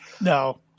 No